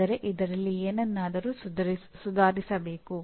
ಅಂದರೆ ಇದರಲ್ಲಿ ಏನನ್ನಾದರೂ ಸುಧಾರಿಸಬೇಕು